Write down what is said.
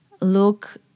look